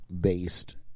based